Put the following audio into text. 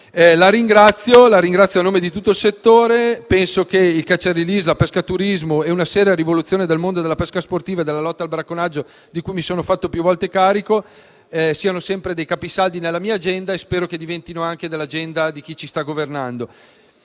La ringrazio a nome di tutto il settore. La pratica del *catch and release*, del pescaturismo, e una seria rivoluzione del mondo della pesca sportiva e della lotta al bracconaggio, di cui mi sono fatto più volte carico, sono sempre dei capisaldi nella mia agenda e spero che lo diventino anche nell'agenda di chi ci sta governando.